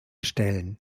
stellen